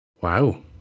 Wow